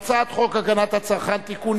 ההצעה להסיר מסדר-היום את הצעת חוק הגנת הצרכן (תיקון,